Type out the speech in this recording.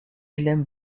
willem